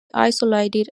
isolated